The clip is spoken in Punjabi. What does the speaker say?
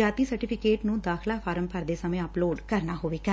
ਜਾਤੀ ਸਰਟੀਫੀਕੇਟ ਨੂੰ ਦਾਖਲਾ ਫਾਰਮ ਭਰਦੇ ਸਮੇਂ ਅਪਲੋਡ ਕਰਨਾ ਹੋਵੇਗਾ